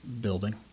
building